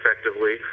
effectively